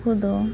ᱩᱱᱠᱩ ᱫᱚ